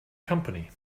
company